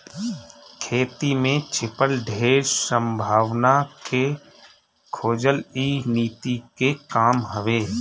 खेती में छिपल ढेर संभावना के खोजल इ नीति के काम हवे